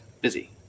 Busy